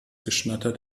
geschnatter